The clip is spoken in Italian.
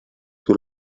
più